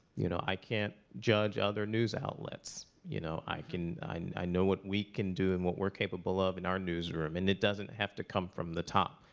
you know i can't judge other news outlets. you know? i can i know what we can do and what we're capable of in our newsroom. and it doesn't have to come from the top.